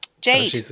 Jade